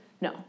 No